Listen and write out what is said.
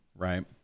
Right